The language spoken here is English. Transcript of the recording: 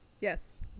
Yes